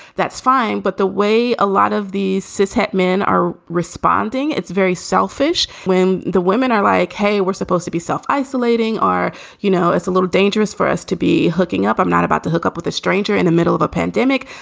that's fine. but the way a lot of these subset men are responding, it's very selfish when the women are like, hey, we're supposed to be self isolating are you know, it's a little dangerous for us to be hooking up. i'm not about to hook up with a stranger in the middle of a pandemic.